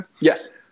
yes